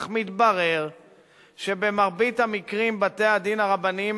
אך מתברר שבמרבית המקרים בתי-הדין הרבניים